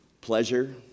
pleasure